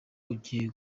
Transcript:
ugiye